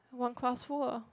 one class full ah